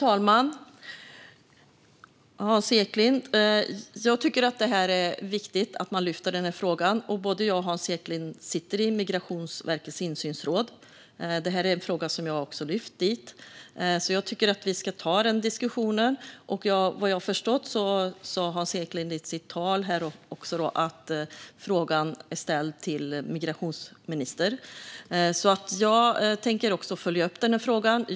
Herr talman! Jag tycker att det är viktigt att man lyfter upp denna fråga. Både jag och Hans Eklind sitter i Migrationsverkets insynsråd, och detta är en fråga som jag har lyft upp där. Jag tycker att vi ska ta denna diskussion. Som jag har förstått det, och som Hans Eklind sa i sitt anförande, är frågan ställd till migrationsministern. Jag tänker följa upp den.